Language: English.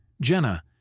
Jenna